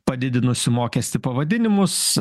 padidinusi mokestį pavadinimus